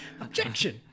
Objection